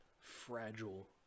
fragile